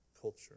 culture